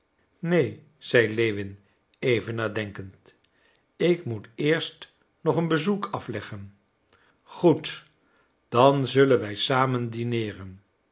neen zei lewin even nadenkend ik moet eerst nog een bezoek afleggen goed dan zullen wij samen dineeren